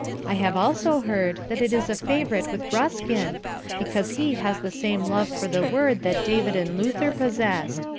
i have also heard that it is a favourite with ruskin because he has the same love for the word that david and luther possessed.